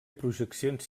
projeccions